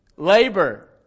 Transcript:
Labor